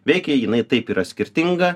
veikia jinai taip yra skirtinga